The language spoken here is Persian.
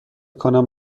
کنم